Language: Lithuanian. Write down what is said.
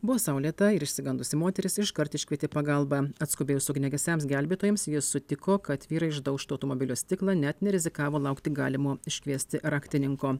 buvo saulėta ir išsigandusi moteris iškart iškvietė pagalbą atskubėjus ugniagesiams gelbėtojams ji sutiko kad vyrai išdaužtų automobilio stiklą net nerizikavo laukti galimo iškviesti raktininko